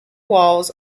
walls